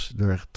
door